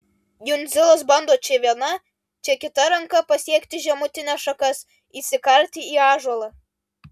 jundzilas bando čia viena čia kita ranka pasiekti žemutines šakas įsikarti į ąžuolą